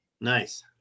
Nice